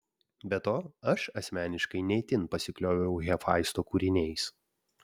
be to aš asmeniškai ne itin pasiklioviau hefaisto kūriniais